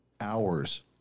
hours